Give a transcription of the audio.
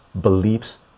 beliefs